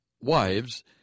Wives